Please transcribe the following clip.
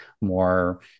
more